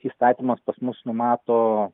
įstatymas pas mus numato